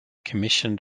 commissioned